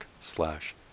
slash